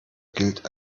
gilt